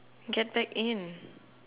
get back in